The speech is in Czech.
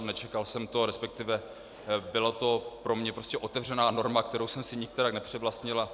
Nečekal jsem to, respektive byla to pro mě prostě otevřená norma, kterou jsem si nikterak nepřivlastnil.